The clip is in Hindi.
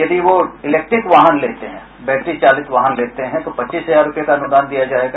यदि वो इलेक्ट्रीक वाहन या बैटरी चालित वाहन लेते हैं तो पच्चीस हजार रूपये का अनुदान दिया जायेगा